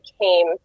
came –